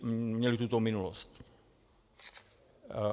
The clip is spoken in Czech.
Měli tuto minulosti.